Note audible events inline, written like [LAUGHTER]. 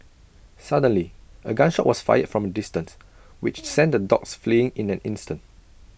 suddenly A gun shot was fired from A distance which [NOISE] sent the dogs fleeing in an instant